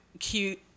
Cute